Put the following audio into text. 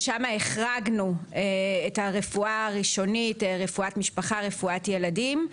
ושם החרגנו את הרפואה הראשונית רפואת משפחה ורפואת ילדים.